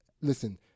listen